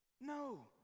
No